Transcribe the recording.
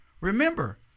Remember